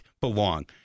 belong